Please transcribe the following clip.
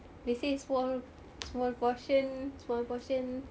they say small small portion small portion